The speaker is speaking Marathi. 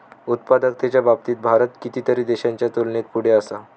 उत्पादकतेच्या बाबतीत भारत कितीतरी देशांच्या तुलनेत पुढे असा